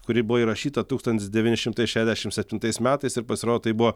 kuri buvo įrašyta tūkstantis devyni šimtai šešiasdešimt septintais metais ir pasirodo tai buvo